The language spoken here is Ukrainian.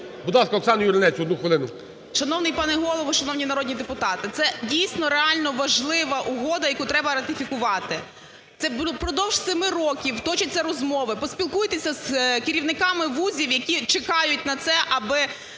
Будь ласка, Оксана Юринець одну хвилину. 11:55:04 ЮРИНЕЦЬ О.В. Шановний пане Голово, шановні народні депутати, це дійсно реально важлива угода, яку треба ратифікувати. Це впродовж семи років точаться розмови, поспілкуйтеся з керівниками вузів, які чекають на це аби